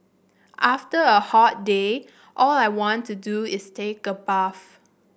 after a hot day all I want to do is take a bath